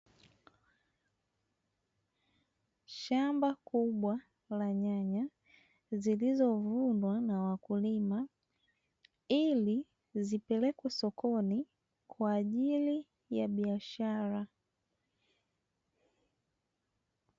Shamba kubwa la nyanya zilizovunwa na wakulima ili zipelekwe sokoni kwa ajili ya biashara.